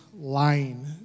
Lying